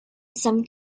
some